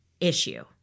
issue